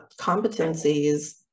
competencies